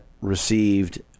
received